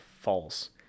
false